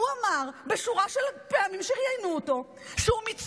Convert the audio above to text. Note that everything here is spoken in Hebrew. בשורת פעמים שראיינו אותו הוא אמר שהוא